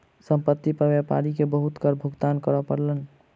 संपत्ति पर व्यापारी के बहुत कर भुगतान करअ पड़लैन